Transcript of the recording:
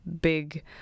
big